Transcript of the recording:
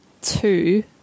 two